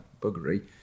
buggery